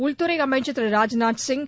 உள்துறை அமைச்ச் திரு ராஜ்நாத் சிங்